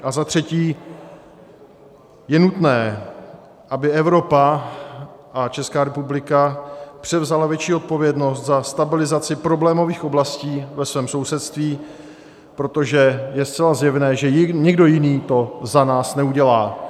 A za třetí, je nutné, aby Evropa a Česká republika převzaly větší odpovědnost za stabilizaci problémových oblastí ve svém sousedství, protože je zcela zjevné, že nikdo jiný to za nás neudělá.